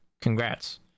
Congrats